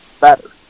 better